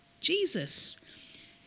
Jesus